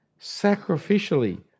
sacrificially